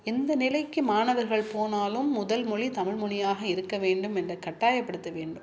எந்த நிலைக்கு மாணவர்கள் போனாலும் முதல் மொழி தமிழ்மொழியாக இருக்க வேண்டும் என்ற கட்டாயப்படுத்த வேண்டும்